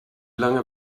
lange